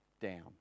down